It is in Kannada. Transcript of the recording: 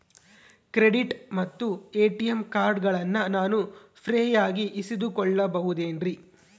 ಕ್ರೆಡಿಟ್ ಮತ್ತ ಎ.ಟಿ.ಎಂ ಕಾರ್ಡಗಳನ್ನ ನಾನು ಫ್ರೇಯಾಗಿ ಇಸಿದುಕೊಳ್ಳಬಹುದೇನ್ರಿ?